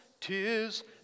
tis